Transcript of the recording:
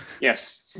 Yes